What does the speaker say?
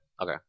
Okay